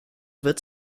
wird